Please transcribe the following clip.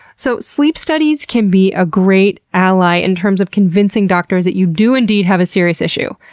so, sleep studies can be a great ally in terms of convincing doctors that you do, indeed, have a serious issue.